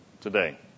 today